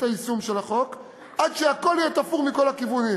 היישום של החוק עד שהכול יהיה תפור מכל הכיוונים,